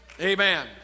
Amen